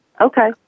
Okay